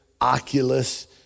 Oculus